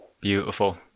beautiful